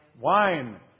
Wine